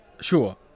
sure